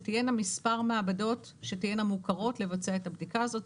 שתהיינה מספר מעבדות שתהיינה מוכרות לבצע את הבדיקה הזאת.